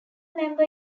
member